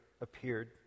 appeared